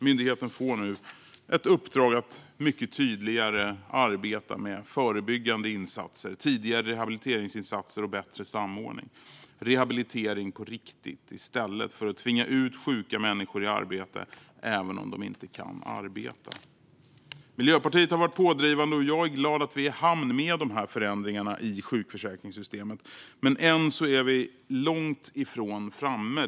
Myndigheten får nu ett uppdrag att mycket tydligare arbeta med förebyggande insatser, tidigare rehabiliteringsinsatser och bättre samordning. Det blir rehabilitering på riktigt i stället för att man tvingar ut sjuka människor i arbete även om de inte kan arbeta. Miljöpartiet har varit pådrivande. Jag är glad att vi är i hamn med de här förändringarna i sjukförsäkringssystemet, men än är vi långt ifrån framme.